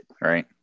right